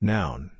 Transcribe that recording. Noun